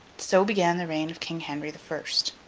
so began the reign of king henry the first.